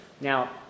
Now